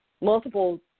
multiple